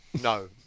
No